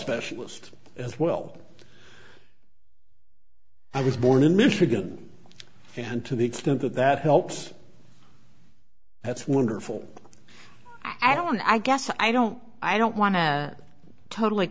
specialist as well i was born in michigan and to the extent that that helps that's wonderful i don't i guess i don't i don't want to totally